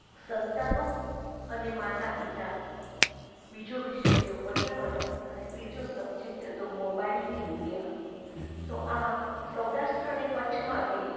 સંતાનો અને માતા પિતા બીજો વિષય હતો પર્યાવરણ અને ત્રીજો સબ્જેક્ટ હતો મોબાઈલની દુનિયા તો આ સૌરાષ્ટ્ર અને કચ્છમાંથી